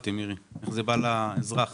שלום, אני עמית מאיר, כימאי ראשי בחברת